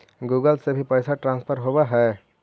Google से भी पैसा ट्रांसफर होवहै?